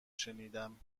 شنیدیم